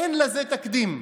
אין לזה תקדים.